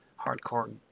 hardcore